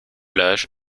l’âge